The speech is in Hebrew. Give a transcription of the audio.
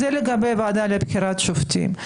זה לגבי הוועדה לבחירת שופטים.